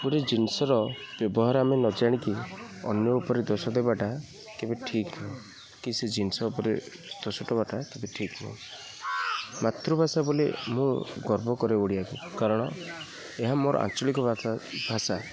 ଗୋଟେ ଜିନିଷର ବ୍ୟବହାର ଆମେ ନ ଜାଣିକି ଅନ୍ୟ ଉପରେ ଦୋଷ ଦବାଟା କେବେ ଠିକ ନୁହେଁ କି ସେ ଜିନିଷ ଉପରେ ଦୋଷ ଦବାଟା ତ ଠିକ ନୁହେଁ ମାତୃଭାଷା ବୋଲି ମୁଁ ଗର୍ବ କରେ ଓଡ଼ିଆକୁ କାରଣ ଏହା ମୋର ଆଞ୍ଚଳିକା ଭାଷା ଭାଷା